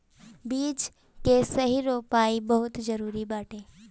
बीज कअ सही रोपाई बहुते जरुरी बाटे